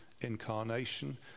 incarnation